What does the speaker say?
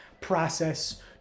process